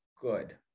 good